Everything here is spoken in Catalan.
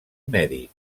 mèdic